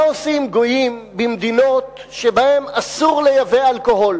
מה עושים גויים במדינות שבהן אסור לייבא אלכוהול